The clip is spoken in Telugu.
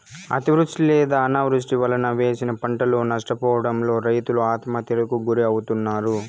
అతివృష్టి లేదా అనావృష్టి వలన వేసిన పంటలు నష్టపోవడంతో రైతులు ఆత్మహత్యలకు గురి అవుతన్నారు